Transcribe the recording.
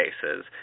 cases